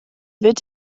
wird